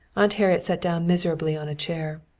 aunt harriet sat down miserably on a chair.